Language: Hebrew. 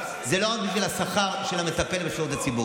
לא רק בגלל שאירועי הזוועה שהתרחשו בשמחת תורה והעדויות